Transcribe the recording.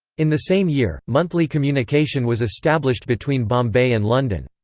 in the same year, monthly communication was established between bombay and london.